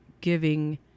giving